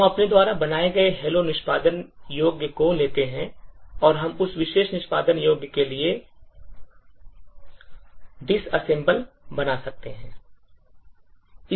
हम अपने द्वारा बनाए गए hello निष्पादन योग्य को लेते हैं और हम उस विशेष निष्पादन योग्य के लिए disassemble बना सकते हैं